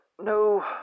no